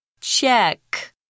Check